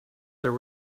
there